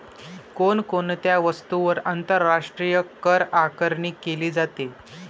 कोण कोणत्या वस्तूंवर आंतरराष्ट्रीय करआकारणी केली जाते?